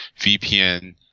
VPN